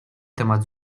temat